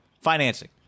financing